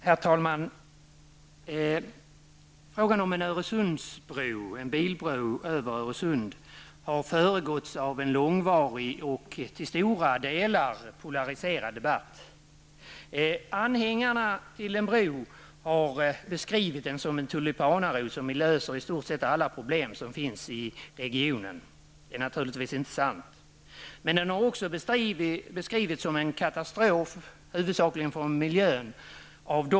Herr talman! Frågan om en Öresundsbro, en bilbro över Öresund, har föregåtts av en långvarig och till stora delar polariserad debatt. Anhängarna till en bro har beskrivit den som en tulipanaros, som löser i stort sett alla problem som finns i regionen. Det är naturligtvis inte sant. Bron har emellertid också, av dem som varit motståndare till den, beskrivits som en katastrof huvudsakligen för miljön.